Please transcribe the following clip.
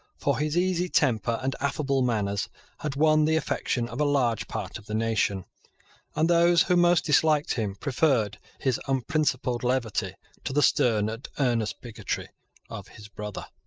for his easy temper and affable manners had won the affection of a large part of the nation and those who most disliked him preferred his unprincipled levity to the stern and earnest bigotry of his brother.